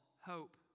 hope